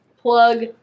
Plug